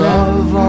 love